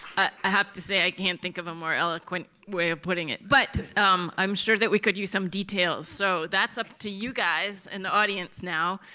i have to say i can't think of a more eloquent way of putting it but um i'm sure that we could use some details. so that's up to you guys in the audience now.